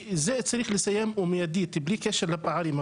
זה דבר שצריך לסיים במיידית, בלי קשר לפערים.